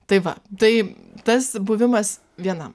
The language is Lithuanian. tai va tai tas buvimas viena